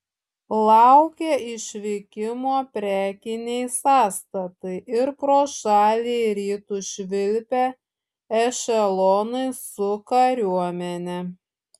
laukė išvykimo prekiniai sąstatai ir pro šalį į rytus švilpė ešelonai su kariuomene